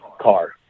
car